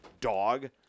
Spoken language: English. dog